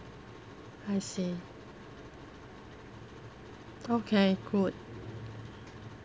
I see okay good